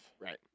Right